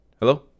Hello